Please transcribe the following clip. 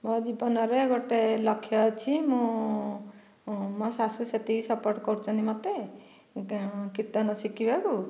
ମୋ' ଜୀବନରେ ଗୋଟିଏ ଲକ୍ଷ୍ୟ ଅଛି ମୁଁ ମୋ' ଶାଶୁ ସେତିକି ସପୋର୍ଟ କରୁଛନ୍ତି ମୋତେ କୀର୍ତ୍ତନ ଶିଖିବାକୁ